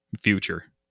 Future